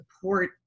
support